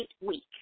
week